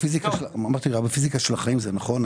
אמרתי, בפיזיקה של החיים זה נכון.